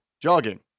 jogging